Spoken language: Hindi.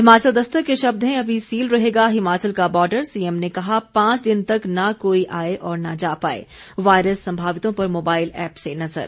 हिमाचल दस्तक के शब्द हैं अभी सील रहेगा हिमाचल का बॉर्डर सीएम ने कहा पांच दिन तक ना कोई आए और ना जा पाएं वायरस संभावितों पर मोबाइल एप्प से नज़र